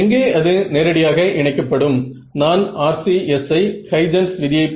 எனவே இது கேலர்கின்ஸ் முறை Galerkin's method